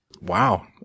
Wow